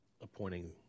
appointing